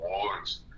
awards